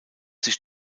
sich